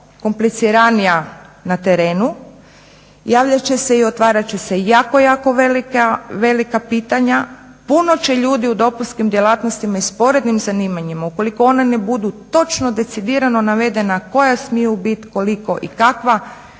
kompliciranija na terenu. Javljati će se i otvarati će se jako jako velika pitanja, puno će ljudi u dopunskim djelatnostima i sporednim zanimanjima ukoliko ona ne budu točno decidirano navedena koja smiju biti koliko i kakva